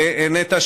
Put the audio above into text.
לנטע,